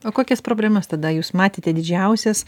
o kokias problemas tada jūs matėte didžiausias